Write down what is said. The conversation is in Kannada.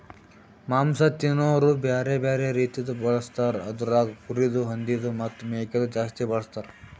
ಮಾಂಸ ತಿನೋರು ಬ್ಯಾರೆ ಬ್ಯಾರೆ ರೀತಿದು ಬಳಸ್ತಾರ್ ಅದುರಾಗ್ ಕುರಿದು, ಹಂದಿದು ಮತ್ತ್ ಮೇಕೆದು ಜಾಸ್ತಿ ಬಳಸ್ತಾರ್